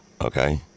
Okay